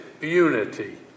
unity